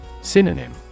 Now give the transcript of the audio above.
Synonym